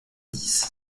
dix